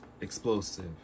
explosive